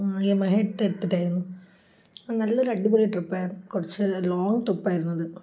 Yamaha എടുത്തിട്ടായിരുന്നു നല്ലൊരു അടിപൊളി ട്രിപ്പായിരുന്നു കുറച്ച് ലോങ് ട്രിപ്പായിരുന്നു അത്